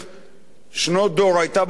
שנות דור היתה באופוזיציה,